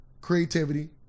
Creativity